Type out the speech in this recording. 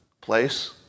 place